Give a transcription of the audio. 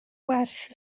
gwerth